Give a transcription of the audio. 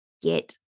get